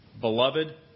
Beloved